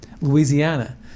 Louisiana